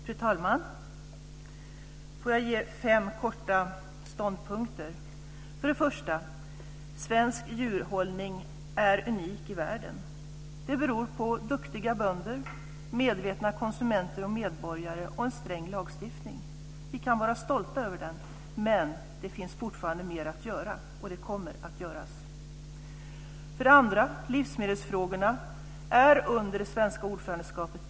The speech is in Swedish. Fru talman! Jag vill ge fem korta ståndpunkter. För det första: Svensk djurhållning är unik i världen. Det beror på duktiga bönder, medvetna konsumenter och medborgare och en sträng lagstiftning. Vi kan vara stolta över den, men det finns fortfarande mer att göra, och det kommer att göras. För det andra: Livsmedelsfrågorna är prioriterade under det svenska ordförandeskapet.